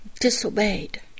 disobeyed